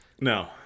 no